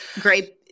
great